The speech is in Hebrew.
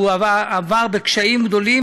והוא עבר בקשיים גדולים,